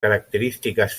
características